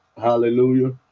hallelujah